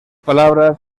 palabras